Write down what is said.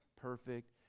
perfect